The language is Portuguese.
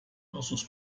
nossos